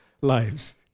lives